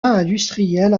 industriel